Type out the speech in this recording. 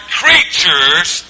creatures